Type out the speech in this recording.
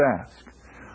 ask